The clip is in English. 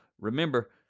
remember